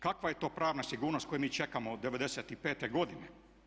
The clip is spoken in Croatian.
Kakva je to pravna sigurnost koju mi čekamo od '95. godine?